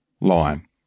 line